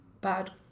bad